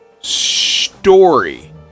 story